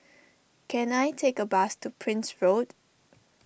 can I take a bus to Prince Road